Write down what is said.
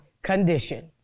Condition